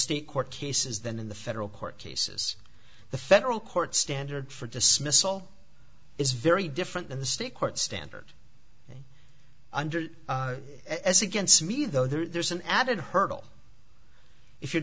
state court cases than in the federal court cases the federal court standard for dismissal is very different than the state court standard under as against me though there's an added hurdle if you're